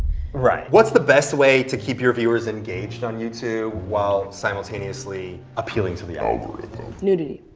right. what's the best way to keep your viewers engaged on youtube while simultaneously appealing to the algoritham. nudity.